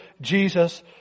Jesus